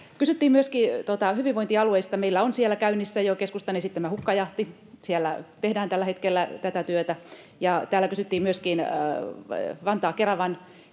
Kysyttiin myöskin hyvinvointialueista. Meillä on siellä käynnissä jo keskustan esittämä hukkajahti. Siellä tehdään tällä hetkellä tätä työtä. Täällä kysyttiin myöskin Vantaa—Keravan